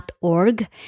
.org